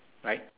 right